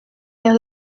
les